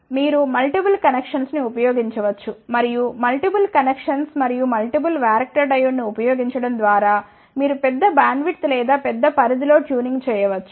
మీరు multiple sections ని ఉపయోగించవచ్చు మరియు మల్టిపుల్ సెక్షన్స్ మరియు మల్టిపుల్ వ్యారక్టర్ డయోడ్ను ఉపయోగించడం ద్వారా మీరు పెద్ద బ్యాండ్విడ్త్ లేదా పెద్ద పరిధి లో ట్యూనింగ్ చేయ వచ్చు